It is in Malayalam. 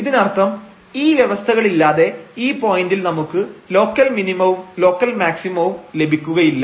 ഇതിനർത്ഥം ഈ വ്യവസ്ഥകളില്ലാതെ ഈ പോയന്റിൽ നമുക്ക് ലോക്കൽ മിനിമവും ലോക്കൽ മാക്സിമവും ലഭിക്കുകയില്ല